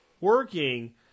working